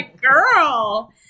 girl